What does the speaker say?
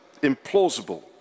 implausible